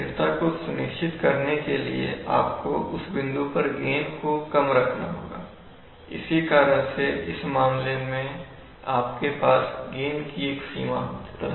स्थिरता को सुनिश्चित करने के लिए आपको उस बिंदु पर गेन को कम रखना होगा इसी कारण से इस मामले में आपके पास गेन की एक सीमा रहती है